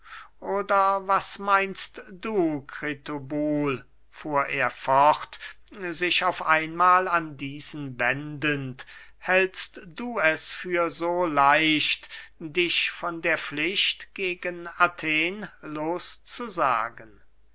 oder was meinst du kritobul fuhr er fort sich auf einmahl an diesen wendend hältst du es für so leicht dich von der pflicht gegen athen